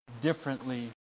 differently